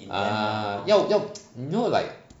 ah 要要 you know like